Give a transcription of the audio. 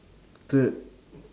third